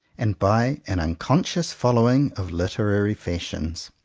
and by an unconscious following of literary fashions.